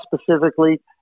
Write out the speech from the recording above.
specifically